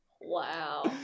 Wow